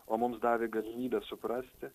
o mums davė galimybę suprasti